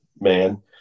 man